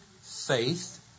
faith